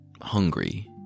hungry